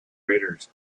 raiders